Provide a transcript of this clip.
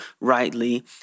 rightly